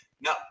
No